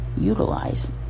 utilize